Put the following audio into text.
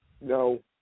No